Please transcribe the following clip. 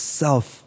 self